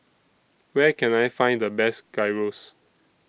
Where Can I Find The Best Gyros